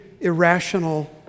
irrational